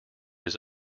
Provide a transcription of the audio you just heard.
his